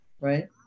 Right